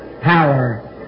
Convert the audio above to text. power